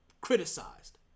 criticized